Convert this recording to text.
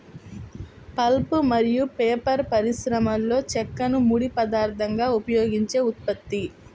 pulp మరియు paper పరిశ్రమలోచెక్కను ముడి పదార్థంగా ఉపయోగించే ఉత్పత్తి